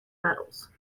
medals